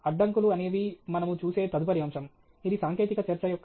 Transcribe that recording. అడ్డంకులు అనేవి మనము చూసే తదుపరి అంశం ఇది సాంకేతిక చర్చ యొక్క